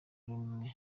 rumwe